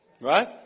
Right